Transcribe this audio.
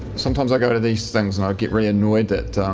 sometimes i go to these things and i get really annoyed that